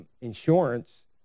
insurance